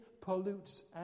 pollutes